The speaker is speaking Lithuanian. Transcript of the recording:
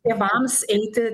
tėvams eiti